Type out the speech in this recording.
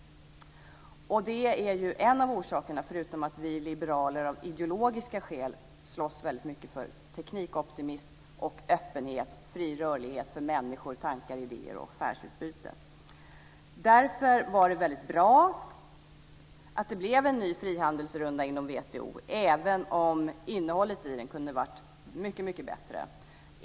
Det är en av orsakerna - det finns också ideologiska skäl - till att vi liberaler slåss väldigt mycket för teknikoptimism, öppenhet, fri rörlighet för människor, tankar och idéer och affärsutbyte. Därför var det väldigt bra att det blev en ny frihandelsrunda inom WTO, även om innehållet i den kunde ha varit mycket bättre.